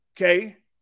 Okay